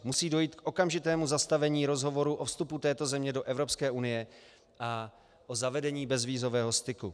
Musí dojít k okamžitému zastavení rozhovorů o vstupu této země do Evropské unie a o zavedení bezvízového styku.